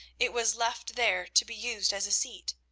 it was left there to be used as a seat.